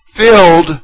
filled